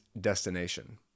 destination